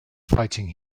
fighting